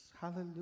Hallelujah